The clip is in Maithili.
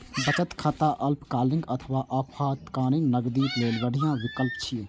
बचत खाता अल्पकालीन अथवा आपातकालीन नकदी लेल बढ़िया विकल्प छियै